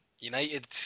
United